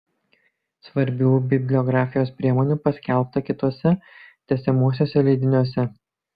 svarbių bibliografijos priemonių paskelbta kituose tęsiamuosiuose leidiniuose